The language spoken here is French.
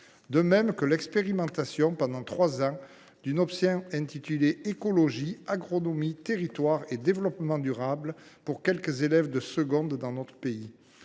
de même de l’expérimentation, pendant trois ans, d’une option intitulée « Écologie, agronomie, territoires et développement durable » pour quelques élèves de seconde dans notre pays.